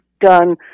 done